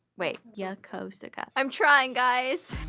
wait. yo-ko-su-ka. i'm trying, guys.